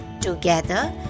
Together